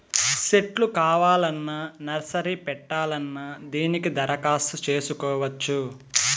సెట్లు కావాలన్నా నర్సరీ పెట్టాలన్నా దీనిలో దరఖాస్తు చేసుకోవచ్చు